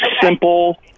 simple